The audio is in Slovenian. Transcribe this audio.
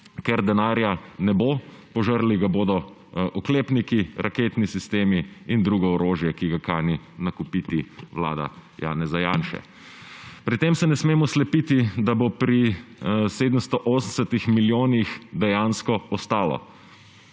ker denarja ne bo. Požrli ga bodo oklepniki, raketni sistemi in drugo orožje, ki ga kani nakupiti vlada Janeza Janše. Pri tem se ne smemo slepiti, da bo pri 780 milijonih dejansko ostalo.